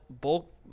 bulk